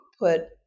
put